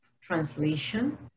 translation